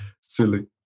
silly